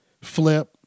flip